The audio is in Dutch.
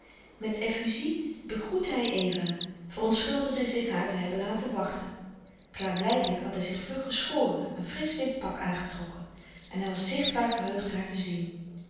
met effuzie begroette hij eva verontschuldigde zich haar te hebben laten louis couperus de stille kracht wachten klaarblijkelijk had hij zich vlug geschoren een frisch wit pak aangetrokken en hij was zichtbaar verheugd haar te zien